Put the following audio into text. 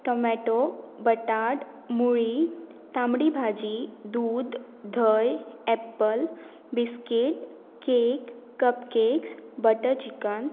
tomato बटाट मुळी तांबडी भाजी दूद धंय apple biscuit cake cupcakes butter chicken